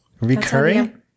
Recurring